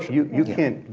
you you can't,